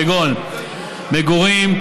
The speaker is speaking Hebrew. כגון מגורים,